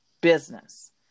business